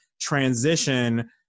transition